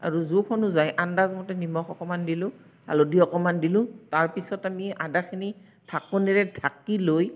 আৰু জোখ অনুযায়ী আন্দাজমতে নিমখ অকমান দিলোঁ হালধি অকণমান দিলোঁ তাৰপিছত আমি আদাখিনি ঢাকনিৰে ঢাকি লৈ